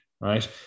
right